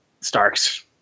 Starks